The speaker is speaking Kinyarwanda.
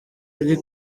iri